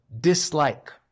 dislike